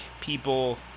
people